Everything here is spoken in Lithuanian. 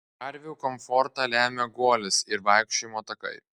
karvių komfortą lemia guolis ir vaikščiojimo takai